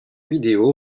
vidéo